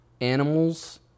animals